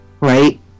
Right